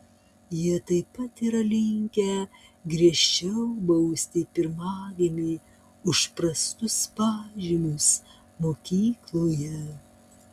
jie taip pat yra linkę griežčiau bausti pirmagimį už prastus pažymius mokykloje